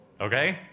Okay